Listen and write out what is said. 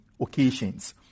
occasions